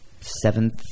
seventh